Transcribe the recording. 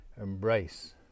embrace